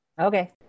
Okay